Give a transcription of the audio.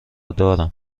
دارم